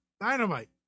Dynamite